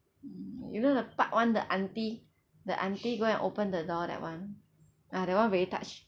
mm you know the part [one] the auntie the auntie go and open the door that [one] ah that [one] very touched